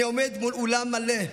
אני עומד מול אולם מלא,